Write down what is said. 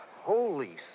Holy